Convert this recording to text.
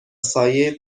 سایه